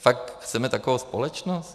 Fakt chceme takovou společnost?